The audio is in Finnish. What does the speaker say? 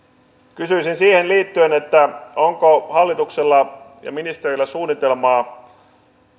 kysyisin siihen liittyen onko hallituksella ja ministerillä suunnitelmaa